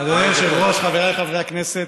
אדוני היושב-ראש, חבריי חברי הכנסת,